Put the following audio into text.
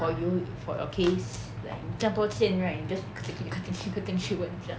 for you for your case like 你这样多间 right 你 just 快点去快点去快点去问这样